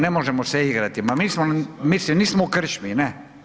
Ne možemo se igrati, ma mislim nismo u krčmi, ne.